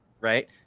right